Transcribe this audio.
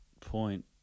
point